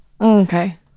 Okay